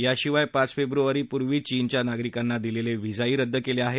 याशिवाय पाच फेब्रुवारीपूर्वींचीनच्या नागरिकांना दिलेले व्हीसाही रद्द केले आहेत